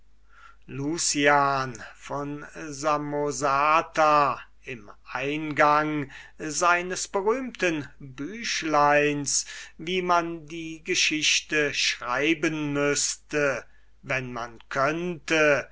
lucian von samosata im eingang seines berühmten büchleins wie man die geschichte schreiben müßte wenn man könnte